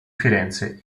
firenze